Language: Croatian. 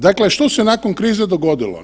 Dakle, što se nakon krize dogodilo?